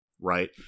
right